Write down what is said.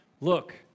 Look